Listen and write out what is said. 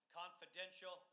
confidential